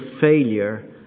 failure